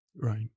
right